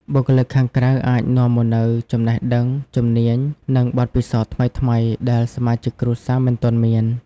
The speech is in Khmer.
បុគ្គលិកខាងក្រៅអាចនាំមកនូវចំណេះដឹង ជំនាញ និងបទពិសោធន៍ថ្មីៗដែលសមាជិកគ្រួសារមិនទាន់មាន។